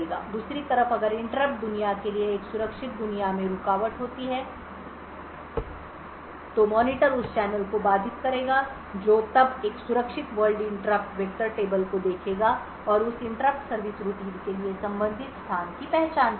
दूसरी तरफ अगर इंटरप्ट दुनिया के लिए एक सुरक्षित दुनिया में रुकावट होती है तो मॉनिटर उस चैनल को बाधित करेगा जो तब एक सुरक्षित वर्ल्ड इंटरप्ट वेक्टर टेबल को देखेगा और उस इंटरप्ट सर्विस रूटीन के लिए संबंधित स्थान की पहचान करेगा